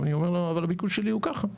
אני אומר לו, אבל הביקוש שלי הוא ככה.